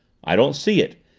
i don't see it.